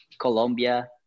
Colombia